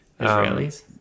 israelis